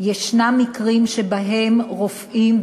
יש מקרים שבהם רופאים,